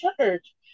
church